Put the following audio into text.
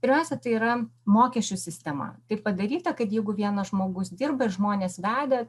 pirmiausia tai yra mokesčių sistema taip padaryta kad jeigu vienas žmogus dirba ir žmonės vedę